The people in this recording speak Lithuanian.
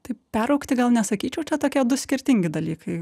tai peraugti gal nesakyčiau čia tokie du skirtingi dalykai